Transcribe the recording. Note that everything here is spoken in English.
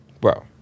bro